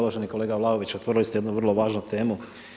Uvaženi kolega Vlaović, otvorili ste jednu vrlo važnu temu.